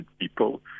people